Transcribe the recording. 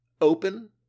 open